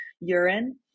urine